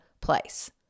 place